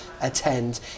attend